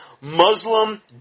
Muslim